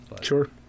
Sure